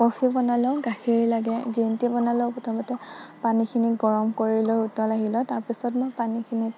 coffee বনালে গাখীৰ লাগে গ্ৰীণ টি বনালে প্ৰথমতে পানীখিনি গৰম কৰি লৈ উতল আহিলে তাৰপিছত পানীখিনি